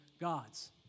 gods